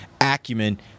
acumen